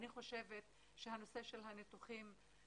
אני חושבת שהנושא של הניתוחים,